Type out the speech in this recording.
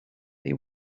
they